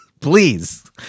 Please